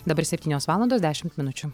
dabar septynios valandos dešimt minučių